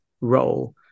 role